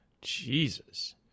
Jesus